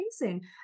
Amazing